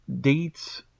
dates